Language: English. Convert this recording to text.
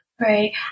Right